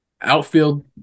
Outfield